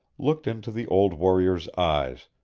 looked into the old warrior's eyes,